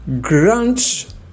grant